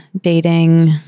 Dating